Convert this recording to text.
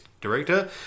Director